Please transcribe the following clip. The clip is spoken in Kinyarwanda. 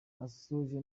asoje